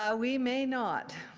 ah we may not.